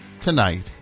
tonight